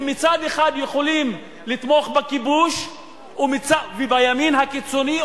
הם מצד אחד יכולים לתמוך בכיבוש ובימין הקיצוני,